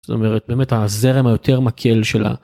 זאת אומרת באמת הזרם היותר מקל שלה.